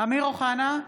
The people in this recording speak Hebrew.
אמיר אוחנה,